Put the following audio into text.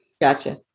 Gotcha